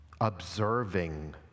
observing